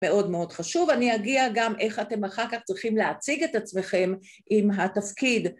מאוד מאוד חשוב. אני אגיע גם איך אתם אחר כך צריכים להציג את עצמכם עם התפקיד.